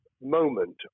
moment